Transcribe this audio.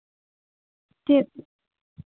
ᱪᱮᱫ